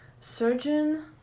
surgeon